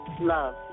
Love